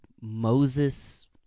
Moses